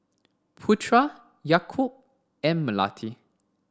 Putra Yaakob and Melati